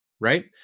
right